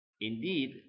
Indeed